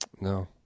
No